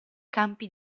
campi